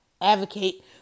advocate